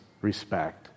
respect